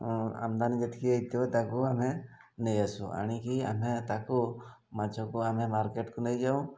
ଆମଦାନୀ ଯେତିକି ଏଇଥିପାଇଁ ତାକୁ ଆମେ ନେଇଆସୁ ଆଣିକି ଆମେ ତାକୁ ମାଛକୁ ଆମେ ମାର୍କେଟ୍କୁ ନେଇଯାଉ